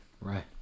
Right